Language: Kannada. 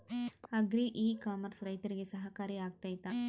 ಅಗ್ರಿ ಇ ಕಾಮರ್ಸ್ ರೈತರಿಗೆ ಸಹಕಾರಿ ಆಗ್ತೈತಾ?